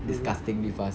disgustingly fast